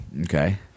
Okay